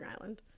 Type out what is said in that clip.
Island